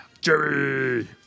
Jerry